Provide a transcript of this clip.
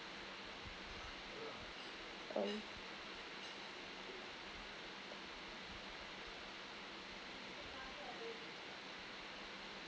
um